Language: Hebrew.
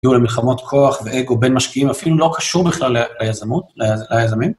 יהיו להם מלחמות כוח ואגו בין משקיעים, אפילו לא קשור בכלל ליזמות, ליזמים.